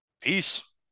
peace